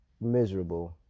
miserable